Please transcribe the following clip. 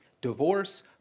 divorce